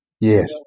Yes